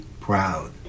proud